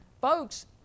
folks